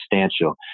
substantial